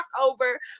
over